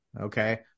okay